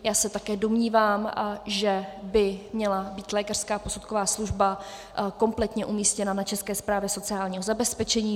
Já se také domnívám, že by měla být lékařská posudková služba kompletně umístěna na České správě sociálního zabezpečení.